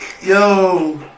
Yo